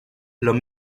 los